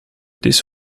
this